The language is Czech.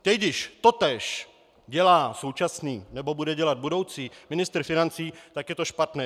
Teď, když totéž dělá současný nebo bude dělat budoucí ministr financí, tak je to špatné.